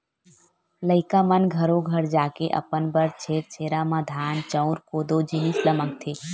लइका मन घरो घर जाके अपन बर छेरछेरा म धान, चाँउर, कोदो, जिनिस ल मागथे